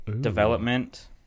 development